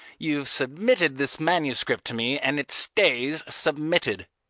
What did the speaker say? you've submitted this manuscript to me, and it stays submitted.